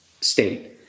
state